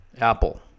Apple